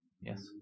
Yes